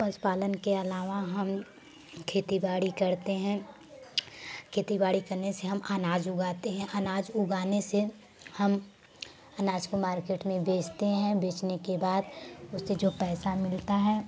पशु पालन के अलावा हम खेती बाड़ी करते हैं खेती बाड़ी करने से हम अनाज उगाते हैं अनाज उगाने से हम अनाज को मार्केट में बेचते हैं बेचने के बाद उससे जो पैसा मिलता है